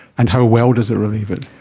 and how well does it relieve it?